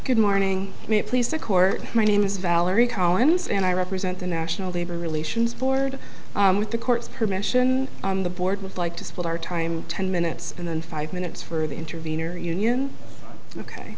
good morning may it please the court my name is valerie collins and i represent the national labor relations board with the court's permission on the board would like to split our time ten minutes and then five minutes for the intervenor union ok